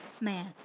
Man